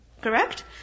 Correct